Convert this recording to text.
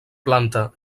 planta